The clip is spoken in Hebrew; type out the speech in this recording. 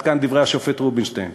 עד כאן דברי השופט רובינשטיין.